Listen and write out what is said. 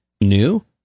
new